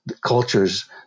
cultures